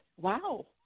wow